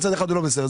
מצד אחד הוא לא בסדר,